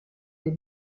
les